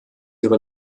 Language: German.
ihre